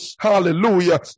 Hallelujah